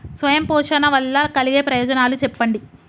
స్వయం పోషణ వల్ల కలిగే ప్రయోజనాలు చెప్పండి?